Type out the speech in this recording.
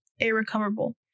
irrecoverable